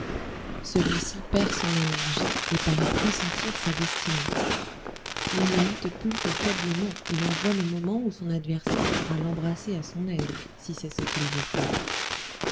celui-ci perd son énergie et paraît pressentir sa destinée il ne lutte plus que faiblement et l'on voit le moment où son adversaire pourra l'embrasser à son aise si c'est ce qu'il veut faire